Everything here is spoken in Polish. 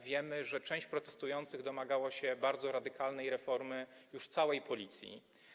Wiemy, że część protestujących domagała się bardzo radykalnej reformy całej Policji.